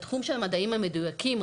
בתחום של המדעים המדויקים,